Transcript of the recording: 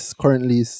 currently